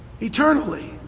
Eternally